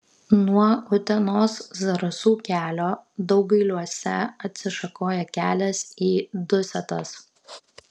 nuo utenos zarasų kelio daugailiuose atsišakoja kelias į dusetas